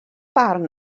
barn